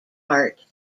part